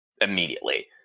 immediately